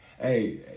Hey